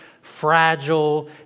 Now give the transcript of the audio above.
fragile